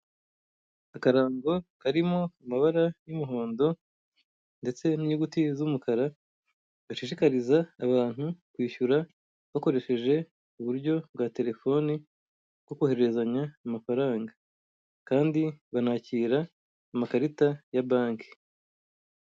Akarango karimo amabara y'umuhondo ndetse n'inyuguti z'umukara, gashishikariza abantu kwishyura bakoresheje uburyo bwa terefoni bwo kohererezanya amafaranga kandi banakira amakarita ya banki.